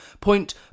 Point